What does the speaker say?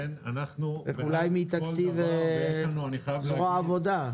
אולי מתקציב זרוע העבודה.